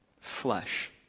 flesh